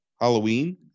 Halloween